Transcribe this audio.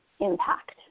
impact